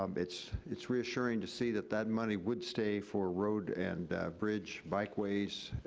um it's it's reassuring to see that that money would stay for road, and bridge, bikeways,